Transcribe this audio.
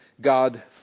God